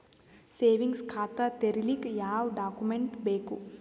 Savings ಖಾತಾ ತೇರಿಲಿಕ ಯಾವ ಡಾಕ್ಯುಮೆಂಟ್ ಕೊಡಬೇಕು?